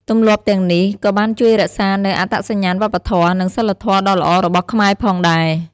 ទម្លាប់ទាំងនេះ ក៏បានជួយរក្សានូវអត្តសញ្ញាណវប្បធម៌ និងសីលធម៌ដ៏ល្អរបស់ខ្មែរផងដែរ។